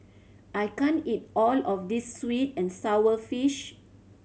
I can't eat all of this sweet and sour fish